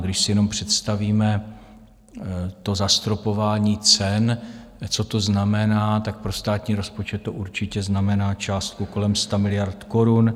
Když si jenom představíme zastropování cen, co to znamená, tak pro státní rozpočet to určitě znamená částku kolem 100 miliard korun.